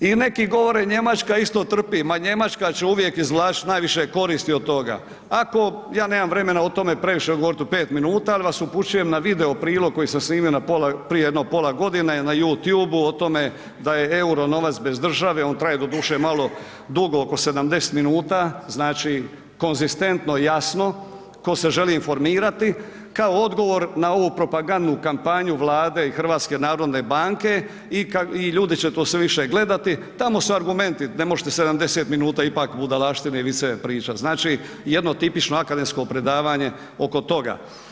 I neki govore Njemačka isto trpi, ma Njemačka će uvijek izvlačit najviše koristi od toga, ako, ja nemam vremena o tome previše govorit u 5 minuta, al vas upućujem na video prilog koji sam snimio na pola, prije jedno pola godine na YouTube o tome da je EUR-o novac bez države, on traje doduše malo dugo oko 70 minuta, znači konzistentno i jasno, ko se želi informirati, kao odgovor na ovu propagandnu kampanju Vlade i HNB-a i ljudi će to sve više gledati, tamo su argumenti, ne možete 70 minuta ipak budalaštine i viceve pričat, znači jedno tipično akademsko predavanje oko toga.